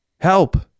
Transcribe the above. Help